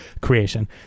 creation